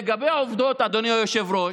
לגבי העובדות, אדוני היושב-ראש,